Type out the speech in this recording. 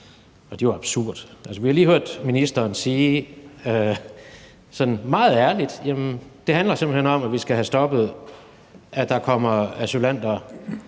Det er jo absurd. Vi har lige hørt ministeren sige sådan meget ærligt, at det simpelt hen handler om, at vi skal have stoppet, at der kommer asylanter